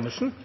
ansvar.